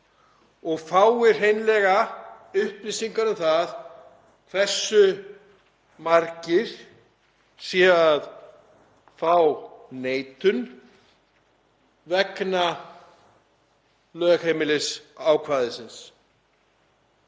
og fái hreinlega upplýsingar um það hversu margir séu að fá neitun vegna lögheimilisákvæðisins.